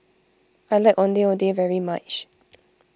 I like Ondeh Ondeh very much